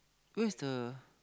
where's the